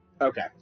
Okay